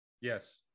Yes